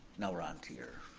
now we're onto your.